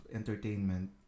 entertainment